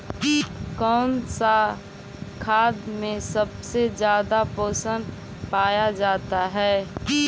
कौन सा खाद मे सबसे ज्यादा पोषण पाया जाता है?